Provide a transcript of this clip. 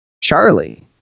Charlie